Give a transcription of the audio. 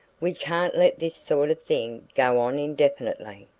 we can't let this sort of thing go on indefinitely.